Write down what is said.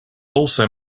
also